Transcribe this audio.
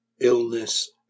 illness